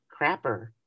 crapper